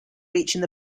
reaching